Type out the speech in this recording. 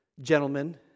gentlemen